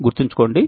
గుర్తుంచుకోండి